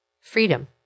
freedom